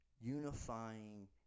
unifying